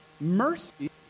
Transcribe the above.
Mercy